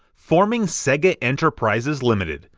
forming sega enterprises, ltd.